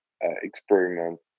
experiment